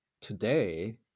today